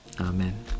Amen